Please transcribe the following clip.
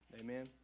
Amen